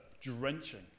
drenching